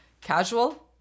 casual